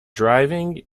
driving